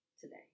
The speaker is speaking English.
today